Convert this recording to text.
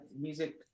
music